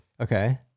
Okay